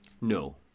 No